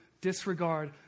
disregard